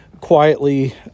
quietly